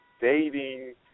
dating